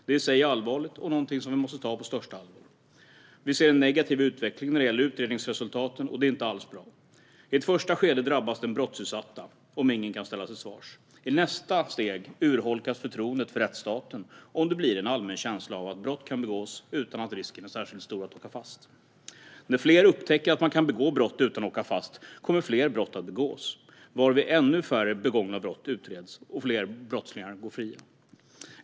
Det är i sig allvarligt och något som vi måste ta på största allvar. Vi ser en negativ utveckling när det gäller utredningsresultaten, och det är inte alls bra. I ett första skede drabbas den brottsutsatta om ingen kan ställas till svars. I nästa steg urholkas förtroendet för rättsstaten om det blir en allmän känsla av att brott kan begås utan att risken är särskilt stor att åka fast. När fler upptäcker att man kan begå brott utan att åka fast kommer fler att begå brott, varvid ännu färre begångna brott utreds och fler brottslingar går fria.